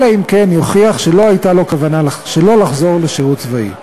אלא אם כן יוכיח שלא הייתה לו כוונה שלא לחזור לשירות הצבאי.